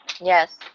Yes